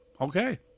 okay